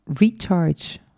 recharge